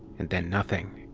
and then nothing.